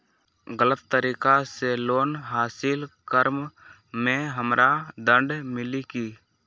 गलत तरीका से लोन हासिल कर्म मे हमरा दंड मिली कि?